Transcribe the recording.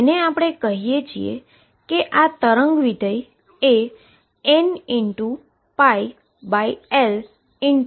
જેને આપણે કહીએ છીએ આ તરંગ વિધેયએ આ nπLx વિધેય છે કારણ કે આ બાઉન્ડ્રી કન્ડીશનને સંતોષે છે અને Cn નક્કી કરી શકાય છે